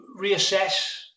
reassess